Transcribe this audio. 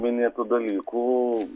minėtų dalykų